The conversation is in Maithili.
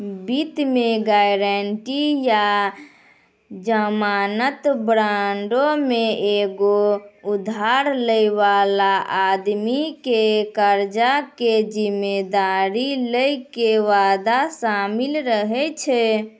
वित्त मे गायरंटी या जमानत बांडो मे एगो उधार लै बाला आदमी के कर्जा के जिम्मेदारी लै के वादा शामिल रहै छै